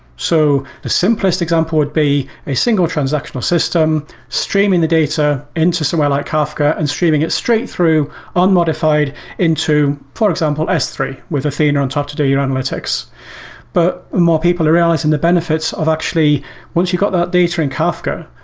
so the simplest example would be a single transactional system streaming the data into so something like kafka and streaming it straight through unmodified into, for example, s three, with athena on top to do your analytics but more people are realizing the benefits of actually once you got that data in kafka,